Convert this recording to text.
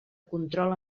control